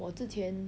我之前